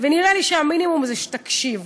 ונראה לי שהמינימום זה שתקשיב,